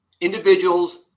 individuals